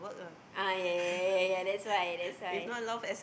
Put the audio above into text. ah ya ya ya ya ya that's why that's why